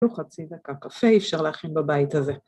אפילו חצי דקה קפה, אי אפשר להכין בבית הזה.